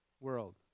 world